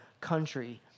country